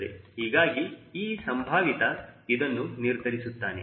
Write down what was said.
ಹೀಗಾಗಿ ಈ ಸಂಭಾವಿತ ಇದನ್ನು ನಿರ್ಧರಿಸುತ್ತಾನೆ